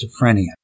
schizophrenia